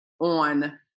on